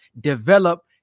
develop